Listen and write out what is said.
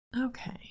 Okay